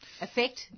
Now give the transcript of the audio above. effect